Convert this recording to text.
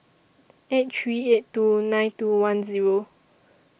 eight three eight two nine two one Zero